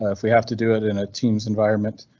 ah if we have to do it in a team's environment.